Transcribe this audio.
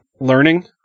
Learning